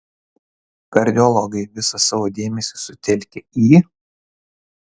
kardiologai visą savo dėmesį sutelkia į